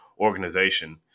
organization